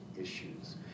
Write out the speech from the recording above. issues